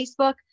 Facebook